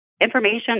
information